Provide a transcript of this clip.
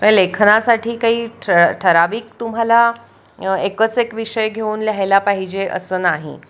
मए लेखनासाठी काही ठ ठराविक तुम्हाला एकच एक विषय घेऊन लिहायला पाहिजे असं नाही